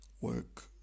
work